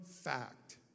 fact